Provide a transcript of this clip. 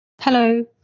Hello